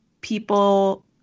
people